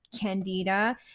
candida